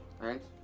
Right